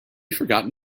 forgotten